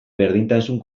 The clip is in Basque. berdintasun